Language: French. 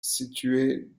situé